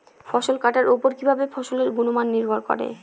ফসল কাটার উপর কিভাবে ফসলের গুণমান নির্ভর করে?